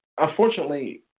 unfortunately